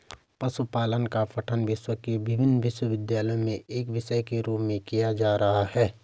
पशुपालन का पठन विश्व के विभिन्न विश्वविद्यालयों में एक विषय के रूप में किया जा रहा है